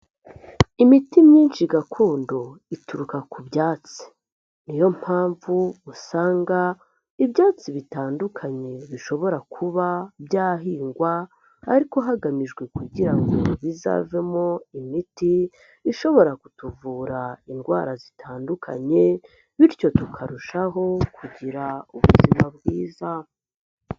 Imiti myinshi gakondo, ituruka ku byatsi. Ni yo mpamvu, usanga ibyatsi bitandukanye bishobora kuba byahingwa ariko hagamijwe kugira ngo bizavemo imiti, ishobora kutuvura indwara zitandukanye bityo tukarushaho kugira ubuzima bwiza.